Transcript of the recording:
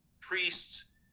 priests